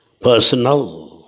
personal